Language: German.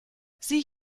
sieh